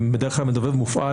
בדרך כלל מדובב מופעל